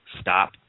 stop